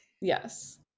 Yes